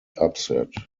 upset